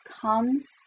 comes